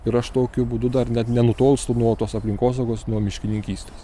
ir aš tokiu būdu dar net nenutolstu nuo tos aplinkosaugos nuo miškininkystės